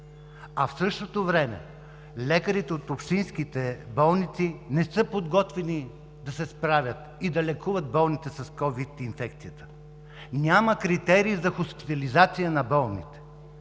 а в същото време лекарите от общинските болници не са подготвени да се справят и да лекуват болните с COVID инфекцията. Няма критерии за хоспитализация на болните.